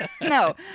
no